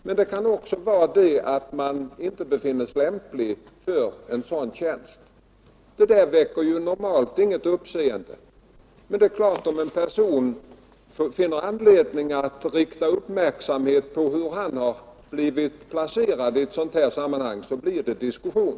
Men det kan också bero på att man inte befinns Ang. militär lämplig för en sådan tjänst. Detta väcker ju normalt inget uppseende. Men = personals rätt att det är klart att om en person finner anledning att rikta uppmärksamheten = ge uttryck för på hur han har placerats i ett sådant här sammanhang blir det diskussion.